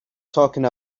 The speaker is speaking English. talking